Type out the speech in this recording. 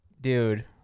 dude